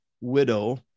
widow